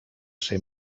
ser